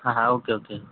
હાં હાં okay okay